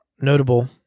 notable